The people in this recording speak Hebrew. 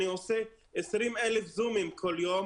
אני עושה 20,000 זומים כל יום,